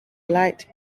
light